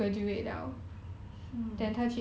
mm